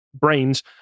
brains